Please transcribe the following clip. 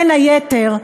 בין היתר,